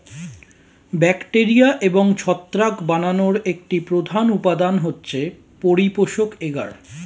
bacteria এবং ছত্রাক বানানোর একটি প্রধান উপাদান হচ্ছে পরিপোষক এগার